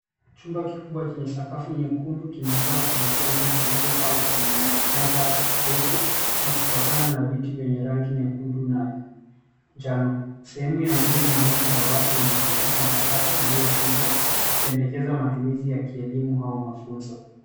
Chumba kikubwa chenye sakafu nyekundu kimejaa kompyuta nyingi zilizopangwa kwenye meza ndefu zikifuatana na viti vyenye rangi nyekundu na njano. Sehemu ya mbele inaonyesha dawati lenye kompyuta mpakato iliyofungwa ikipendekeza matumizi ya kielimu au mafunzo.